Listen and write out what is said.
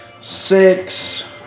six